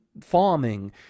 farming